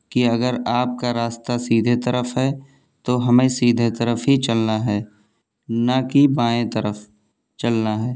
کہ اگر آپ کا راستہ سیدھے طرف ہے تو ہمیں سیدھے طرف ہی چلنا ہے نہ کہ بائیں طرف چلنا ہے